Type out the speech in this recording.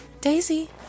Daisy